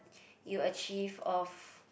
you achieve of